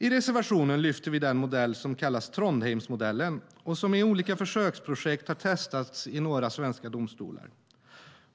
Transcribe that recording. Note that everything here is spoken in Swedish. I reservationen lyfter vi den modell som kallas Trondheimsmodellen och som i olika försöksprojekt har testats i några svenska domstolar.